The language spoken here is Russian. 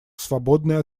свободный